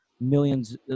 millions